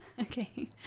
Okay